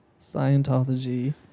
Scientology